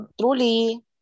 Truly